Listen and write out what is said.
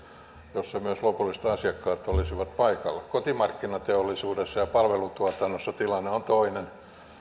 jossa myös lopulliset asiakkaat olisivat paikalla kotimarkkinateollisuudessa ja palvelutuotannossa tilanne on toinen